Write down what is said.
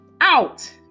out